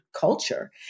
culture